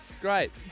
Great